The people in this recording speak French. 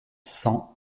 cent